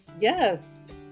Yes